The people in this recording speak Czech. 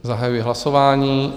Zahajuji hlasování.